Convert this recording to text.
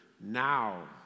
now